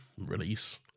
release